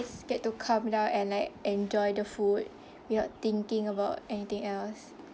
scared to calm down and like enjoy the food without thinking about anything else